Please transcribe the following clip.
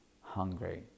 hungry